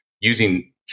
using